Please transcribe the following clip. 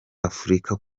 afurika